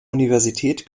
universität